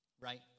right